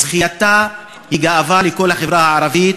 זכייתה היא גאווה לכל החברה הערבית,